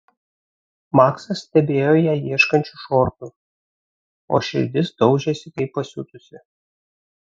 maksas stebėjo ją ieškančią šortų o širdis daužėsi kaip pasiutusi